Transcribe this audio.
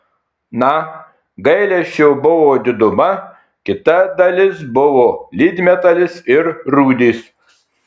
na gailesčio buvo diduma kita dalis buvo lydmetalis ir rūdys